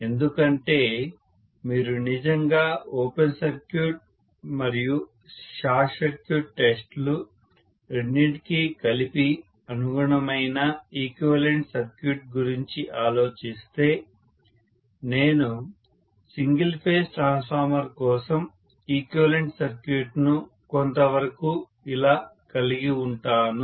ఎందుకంటే మీరు నిజంగా ఓపెన్ సర్క్యూట్ మరియు షార్ట్ సర్క్యూట్ టెస్ట్ లు రెండింటికీ కలిపి అనుగుణమైన ఈక్వివలెంట్ సర్క్యూట్ గురించి ఆలోచిస్తే నేను సింగిల్ ఫేజ్ ట్రాన్స్ఫార్మర్ కోసం ఈక్వివలెంట్ సర్క్యూట్ ను కొంత వరకూ ఇలా కలిగి ఉంటాను